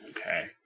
Okay